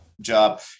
job